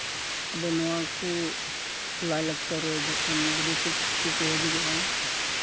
ᱟᱫᱚ ᱱᱚᱣᱟ ᱠᱚ ᱞᱟᱭᱼᱞᱟᱠᱪᱟᱨ ᱨᱮ ᱡᱚᱠᱷᱚᱱ ᱵᱤᱫᱮᱥᱤ ᱠᱚᱠᱚ ᱦᱤᱡᱩᱜᱚᱜᱼᱟ